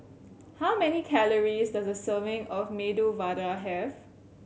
how many calories does a serving of Medu Vada have